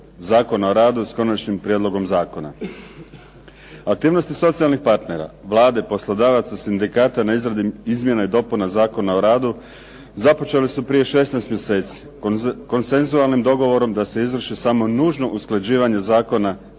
zakona o radu s konačnim prijedlogom zakona. Aktivnosti socijalnih partnera, Vlade, poslodavaca, sindikata na izradi izmjena i dopuna Zakona o radu započelo se prije 16 mjeseci konsenzualnim dogovorom da se izvrši samo nužno usklađivanje zakona